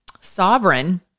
sovereign